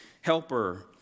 helper